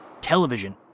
Television